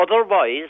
otherwise